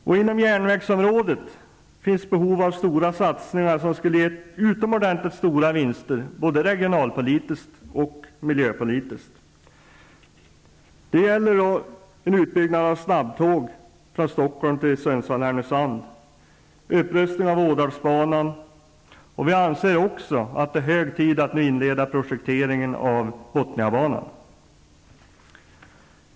På järnvägsområdet finns det behov av stora satsningar som skulle ge utomordentligt stora vinster både regionalpolitiskt och miljöpolitiskt. Ådalsbanan. Vi anser också att det är hög tid att inleda projekteringen av Bothniabanan.